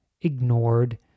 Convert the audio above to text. ignored